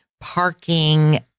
parking